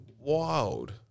Wild